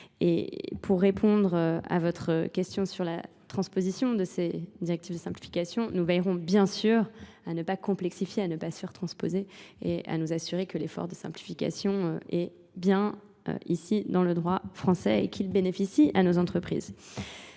Et pour répondre à votre question sur la transposition de ces directives de simplification, nous veillerons bien sûr à ne pas complexifier, à ne pas sur-transposer et à nous assurer que l'effort de simplification est bien ici dans le droit français et qu'il bénéficie à nos entreprises.